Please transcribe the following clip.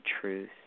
truth